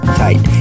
tight